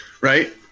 Right